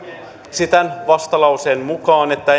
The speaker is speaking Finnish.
esitän vastalauseen mukaan että